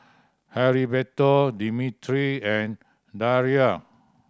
Heriberto Dimitri and Darryle